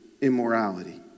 immorality